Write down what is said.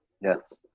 Yes